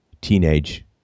teenage